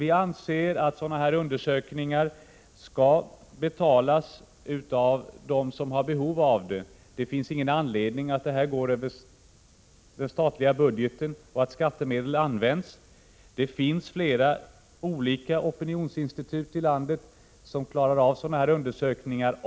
Vi anser att sådana här undersökningar skall betalas av dem som har behov av dem. Det finns ingen anledning att belasta den statliga budgeten och att använda skattemedel. Det finns flera olika opinionsinstitut i landet som kan göra sådana här undersökningar.